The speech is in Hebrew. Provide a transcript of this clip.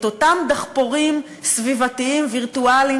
את אותם דחפורים סביבתיים וירטואליים